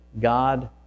God